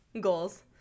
goals